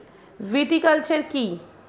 Viticulture কী?